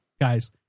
guys